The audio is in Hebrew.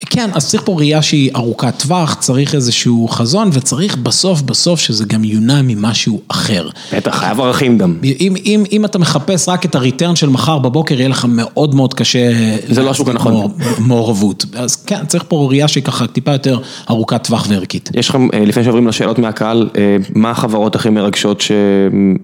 כן, אז צריך פה ראייה שהיא ארוכת טווח, צריך איזשהו חזון וצריך בסוף, בסוף שזה גם יונע ממשהו אחר. בטח, חייב ערכים גם. אם אתה מחפש רק את הריטרן של מחר בבוקר, יהיה לך מאוד מאוד קשה... זה לא השוק הנכון. מעורבות. אז כן, צריך פה ראייה שהיא ככה טיפה יותר ארוכת טווח וערכית. יש לכם, לפני שעוברים לשאלות מהקהל, מה החברות הכי מרגשות ש...